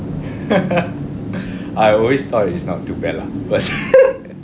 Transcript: I always thought it is not too bad lah